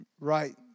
right